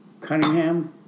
Cunningham